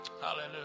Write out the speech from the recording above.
Hallelujah